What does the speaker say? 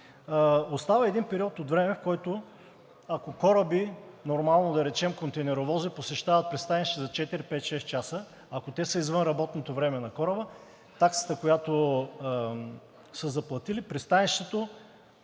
остава един период от време, в който, ако кораби – нормално, да речем, контейнеровози, посещават пристанище за четири, пет, шест часа, ако те са извън работното време на кораба – таксата, която са заплатили, пристанището